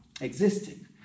existing